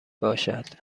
باشد